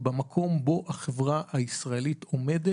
במקום בו החברה הישראלית עומדת,